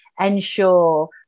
Ensure